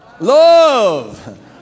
Love